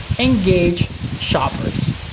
engage shoppers.